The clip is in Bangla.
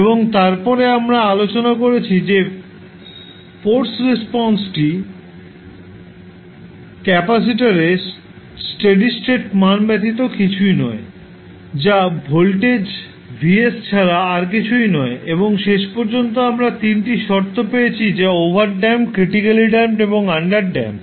এবং তারপরে আমরা আলোচনা করেছি যে ফোর্স রেসপন্সটি ক্যাপাসিটর এ স্টেডি স্টেট মান ব্যতীত কিছুই নয় যা ভোল্টেজ Vs ছাড়া আর কিছুই নয় এবং শেষ পর্যন্ত আমরা 3 টি শর্ত পেয়েছি যা ওভারড্যাম্পড ক্রিটিকালি ড্যাম্পড এবং আন্ডারড্যাম্পড